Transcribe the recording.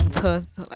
buy you baking